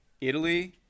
Italy